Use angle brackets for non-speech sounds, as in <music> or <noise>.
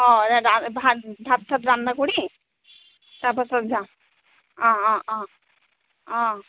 অঁ <unintelligible> ভাত ভাত চাত ৰন্ধা কৰি তাৰপাছত যাম অঁ অঁ অঁ অঁ